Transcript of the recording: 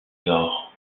nord